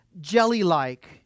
jelly-like